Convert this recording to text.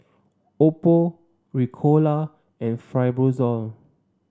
Oppo Ricola and Fibrosol